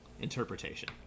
interpretation